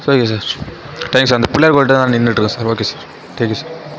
okay sir thank you sir அந்த பிள்ளையார் கோவில்கிட்டதான் நின்றுட்ருக்கேன் sir okay sir thank you sir